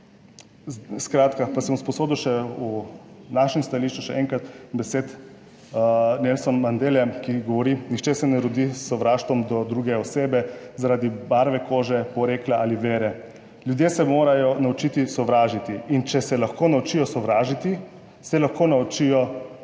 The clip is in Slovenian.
Skratka, pa si bom sposodil še v našem stališču še enkrat besede Nelson Mandele, ki govori: "Nihče se ne rodi s sovraštvom do druge osebe zaradi barve kože, porekla ali vere. Ljudje se morajo naučiti sovražiti in če se lahko naučijo sovražiti, se lahko naučijo ljubiti,